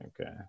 Okay